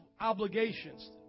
obligations